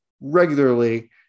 regularly